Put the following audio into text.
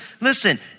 listen